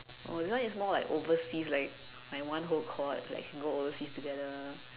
oh this one is more like overseas like like one whole cohort like can go overseas together